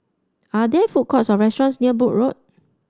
are there food courts or restaurants near Brooke Road